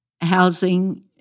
housing—